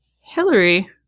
Hillary